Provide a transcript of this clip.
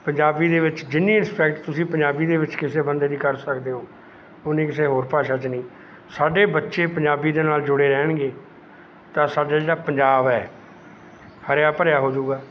ਪੰਜਾਬੀ ਦੇ ਵਿੱਚ ਜਿੰਨੀ ਰਿਸਪੈਕਟ ਤੁਸੀਂ ਪੰਜਾਬੀ ਦੇ ਵਿੱਚ ਕਿਸੇ ਬੰਦੇ ਦੀ ਕਰ ਸਕਦੇ ਹੋ ਉੰਨੀ ਕਿਸੇ ਹੋਰ ਭਾਸ਼ਾ 'ਚ ਨਹੀਂ ਸਾਡੇ ਬੱਚੇ ਪੰਜਾਬੀ ਦੇ ਨਾਲ ਜੁੜੇ ਰਹਿਣਗੇ ਤਾਂ ਸਾਡੇ ਜਿਹੜਾ ਪੰਜਾਬ ਹੈ ਹਰਿਆ ਭਰਿਆ ਹੋਜੂਗਾ